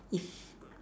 if